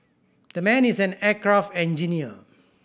the man is an aircraft engineer